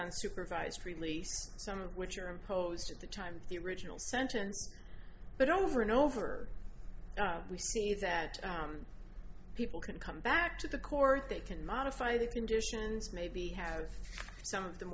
on supervised release some of which are imposed at the time the original sentence but over and over we see that down people can come back to the court they can modify the conditions maybe have some of the